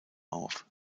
auf